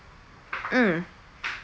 mm